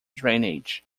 drainage